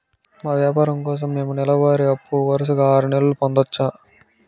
మా వ్యాపారం కోసం మేము నెల వారి అప్పు వరుసగా ఆరు నెలలు పొందొచ్చా?